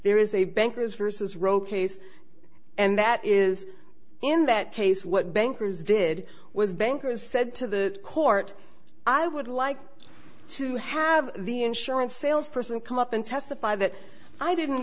there is a banker's versus roe case and that is in that case what bankers did was bankers said to the court i would like to have the insurance sales person come up and testify that i didn't